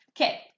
Okay